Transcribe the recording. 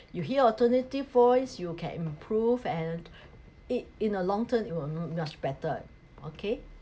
you hear alternative voice you can improve and it in a long term it will much better okay